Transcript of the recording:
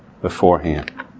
beforehand